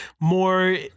more